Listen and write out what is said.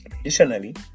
additionally